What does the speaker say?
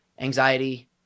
anxiety